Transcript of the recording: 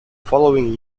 following